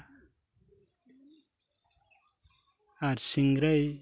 ᱟᱨ ᱥᱤᱝᱨᱟᱹᱭ